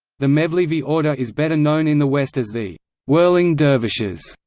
the mevlevi order is better known in the west as the whirling dervishes.